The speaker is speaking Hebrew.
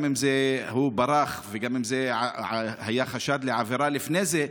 גם אם הוא ברח וגם אם היה חשד לעבירה לפני זה,